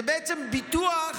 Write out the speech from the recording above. זה בעצם ביטוח